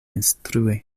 instrui